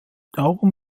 darum